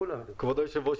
כבוד היושב-ראש,